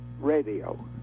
radio